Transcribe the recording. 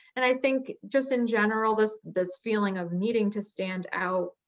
and i think just in general, this this feeling of needing to stand out,